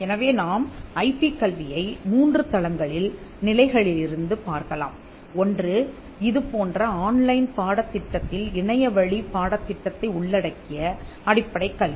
எனவே நாம் ஐபி கல்வியை மூன்று தளங்களில் நிலைகளிலிருந்து பார்க்கலாம் ஒன்று இது போன்ற ஆன்லைன் பாடத்திட்டத்தில் இணையவழிப் பாடத்திட்டத்தை உள்ளடக்கிய அடிப்படைக் கல்வி